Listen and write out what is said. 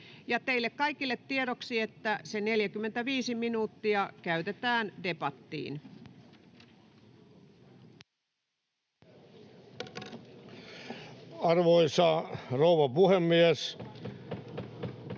Teille kaikille tiedoksi, että se 45 minuuttia käytetään debattiin. — Esittely, ministeri